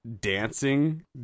dancing